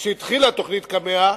כשהתחילה תוכנית קמ"ע,